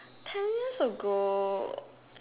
ten years ago